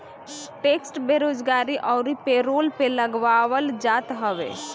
tax बेरोजगारी अउरी payroll पे लगावल जात हवे